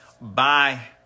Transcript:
bye